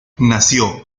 nació